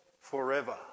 forever